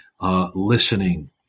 Listening